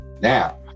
Now